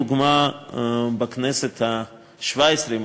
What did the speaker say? דוגמה מהכנסת השבע-עשרה,